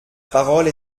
parole